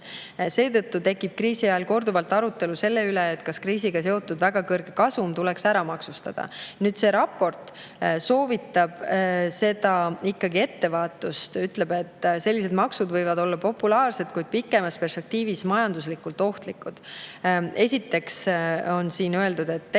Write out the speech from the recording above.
Seetõttu tekib kriisi ajal korduvalt arutelu selle üle, kas kriisiga seotud väga kõrge kasum tuleks maksustada. Nüüd, see raport soovitab ikkagi ettevaatust, ütleb, et sellised maksud võivad olla populaarsed, kuid pikemas perspektiivis majandusele ohtlikud. On öeldud, et tegelikku